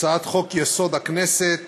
הצעת חוק-יסוד: הכנסת